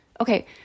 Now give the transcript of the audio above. Okay